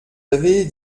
avez